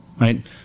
Right